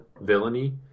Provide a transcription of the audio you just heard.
villainy